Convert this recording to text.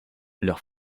leurs